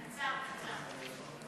קצר, קצר.